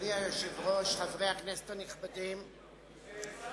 אדוני היושב-ראש, חברי הכנסת הנכבדים, שר